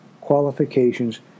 qualifications